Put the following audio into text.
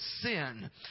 sin